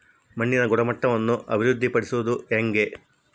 ಮಣ್ಣಿನ ಗುಣಮಟ್ಟವನ್ನು ಅಭಿವೃದ್ಧಿ ಪಡಿಸದು ಹೆಂಗೆ?